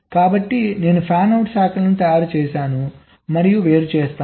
కాబట్టి నేను ఫ్యాన్అవుట్ శాఖలను తయారు చేసాను మరియు వేరు చేస్తాను